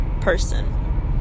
person